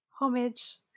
Homage